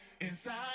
inside